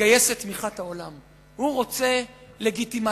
לגייס את תמיכת העולם, הוא רוצה לגיטימציה.